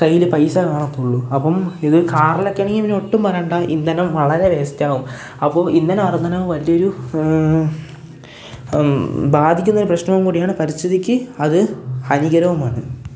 കൈയ്യിൽ പൈസ കാണത്തുള്ളൂ അപ്പം ഇത് കാറിലൊക്കെയാണെങ്കിൽ പിന്നൊട്ടും പറയണ്ട ഇന്ധനം വളരെ വേയ്സ്റ്റാകും അപ്പം ഇന്ധന വർദ്ധനവ് വലിയൊരു ബാധിക്കുന്നൊരു പ്രശ്നം കൂടിയാണ് പരിസ്ഥിതിക്ക് അത് ഹാനീകരവുമാണ്